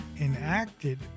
enacted